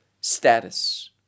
status